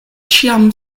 ĉiam